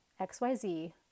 XYZ